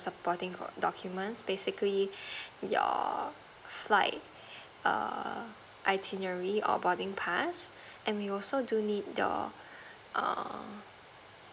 supporting documents basically your flight err itinerary or boarding pass and we also do need the err